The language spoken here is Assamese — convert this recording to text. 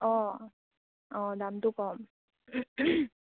অঁ অঁ দামটো কম